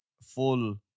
full